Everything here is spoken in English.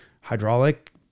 hydraulic